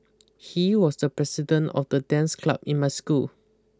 he was the president of the dance club in my school